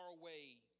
away